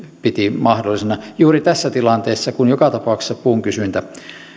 piti mahdollisina juuri tässä tilanteessa kun joka tapauksessa puun kysyntä